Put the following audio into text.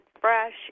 fresh